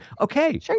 Okay